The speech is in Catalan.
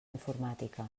informàtica